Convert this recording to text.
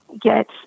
get